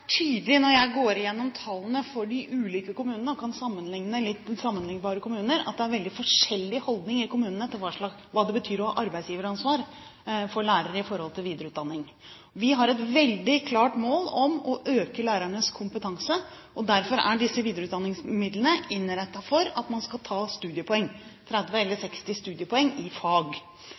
tydelig når jeg går igjennom tallene for de ulike kommunene og kan sammenligne sammenlignbare kommuner, at det er veldig forskjellige holdninger i kommunene til hva det betyr å ha arbeidsgiveransvar for lærere med hensyn til videreutdanning. Vi har et veldig klart mål om å øke lærernes kompetanse. Derfor er disse videreutdanningsmidlene innrettet slik at man kan ta 30–60 studiepoeng i fag. I en del kommuner synes de det er en stor investering i